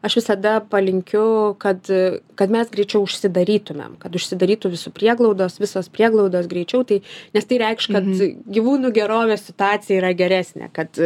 aš visada palinkiu kad kad mes greičiau užsidarytumėm kad užsidarytų visų prieglaudos visos prieglaudos greičiau tai nes tai reikš kad gyvūnų gerovės situacija yra geresnė kad